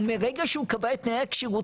ומרגע שהוא קבע את תנאי הכשירות,